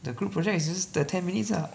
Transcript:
the group project is just the ten minutes lah